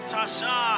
Tasha